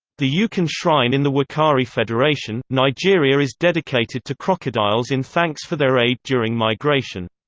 the yeah jukun shrine in the wukari federation, nigeria is dedicated to crocodiles in thanks for their aid during migration.